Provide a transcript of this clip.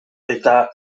eta